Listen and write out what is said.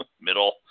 middle